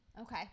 Okay